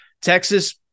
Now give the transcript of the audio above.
Texas